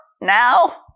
now